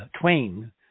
twain